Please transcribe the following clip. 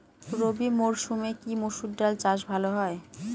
রবি মরসুমে কি মসুর ডাল চাষ ভালো হয়?